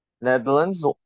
Netherlands